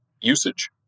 usage